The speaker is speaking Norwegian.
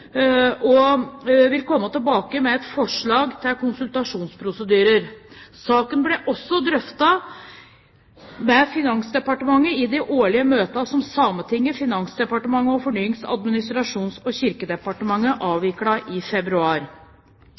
vil komme tilbake med et forslag til konsultasjonsprosedyrer. Saken ble også drøftet med Finansdepartementet i de årlige møtene som Sametinget, Finansdepartementet og Fornyings-, administrasjons- og kirkedepartementet avviklet i februar.